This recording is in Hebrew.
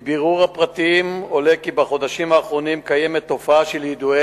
מבירור הפרטים עולה כי בחודשים האחרונים קיימת תופעה של יידויי